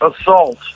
assault